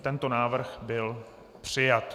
Tento návrh byl přijat.